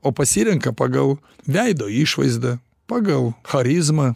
o pasirenka pagal veido išvaizdą pagal charizmą